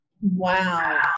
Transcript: Wow